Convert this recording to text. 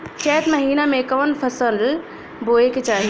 चैत महीना में कवन फशल बोए के चाही?